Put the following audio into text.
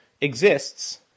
exists